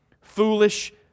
Foolish